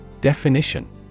Definition